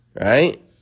Right